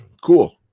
Cool